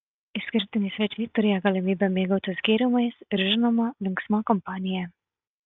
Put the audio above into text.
išskirtiniai svečiai turėjo galimybę mėgautis gėrimais ir žinoma linksma kompanija